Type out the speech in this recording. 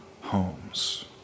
homes